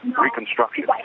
Reconstruction